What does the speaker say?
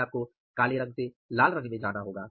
फिर आपको काले रंग से लाल रंग में जाना होगा